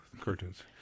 Cartoons